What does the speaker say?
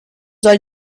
soll